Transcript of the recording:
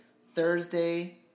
Thursday